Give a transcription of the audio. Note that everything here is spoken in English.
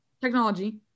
Technology